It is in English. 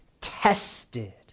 tested